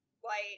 white